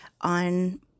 on